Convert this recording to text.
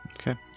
Okay